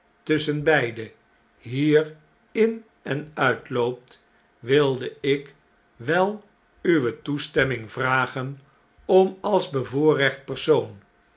tusschenbeide hier in en uitloopt wilde ik wel uwe toestemming vragen om als bevoorrecht persoon